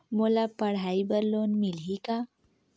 मोला पढ़ाई बर लोन मिलही का?